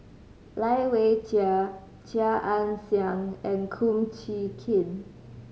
Lai Weijie Chia Ann Siang and Kum Chee Kin